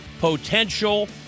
potential